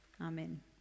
Amen